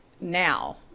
now